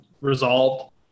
resolved